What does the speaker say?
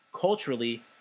culturally